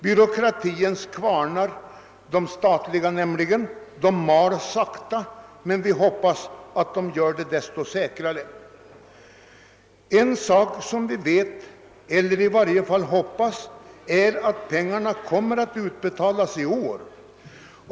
Den statliga byråkratins kvarnar mal sakta, men vi hoppas att de gör det desto säkrare. En sak som vi vet, eller i varje fall hoppas, är att pengarna kommer att utbetalas i år.